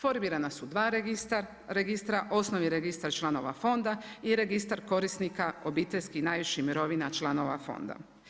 Formirana su dva registra, osnovni registar članova fonda i registar korisnika obiteljskih najviših mirovina članova fonda.